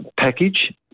package